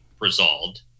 resolved